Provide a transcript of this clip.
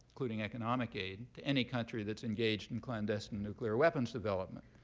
including economic aid, to any country that's engaged in clandestine nuclear weapons development.